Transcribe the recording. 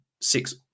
six